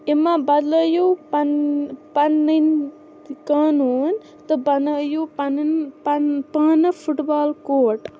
اِمَہ بدلٲیو پن پنٕنۍ قونون تہٕ بنٲیو پنٕنۍ پن پانہٕ فٹ بال کوٹ